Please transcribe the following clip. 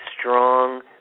strong